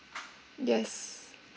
yes